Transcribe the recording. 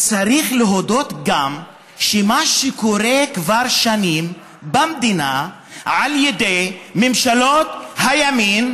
צריך להודות גם שמה שקורה כבר שנים במדינה על ידי ממשלות הימין,